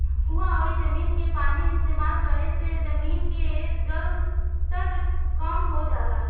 कुवां अउरी जमीन के पानी इस्तेमाल करे से जमीन के जलस्तर कम हो जाला